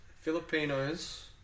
Filipinos